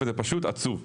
זה פשוט עצוב.